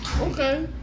Okay